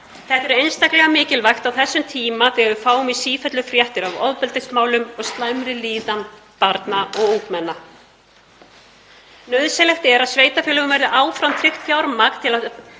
Þetta er einstaklega mikilvægt á þessum tíma þegar við fáum í sífellu fréttir af ofbeldismálum og slæmri líðan barna og ungmenna. Nauðsynlegt er að sveitarfélögum verði áfram tryggt fjármagn til að